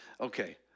Okay